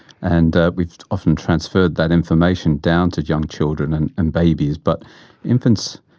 and we've often transferred that information down to young children and and babies. but infants,